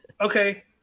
okay